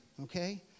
okay